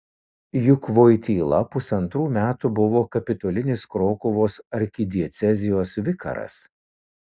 juk voityla pusantrų metų buvo kapitulinis krokuvos arkidiecezijos vikaras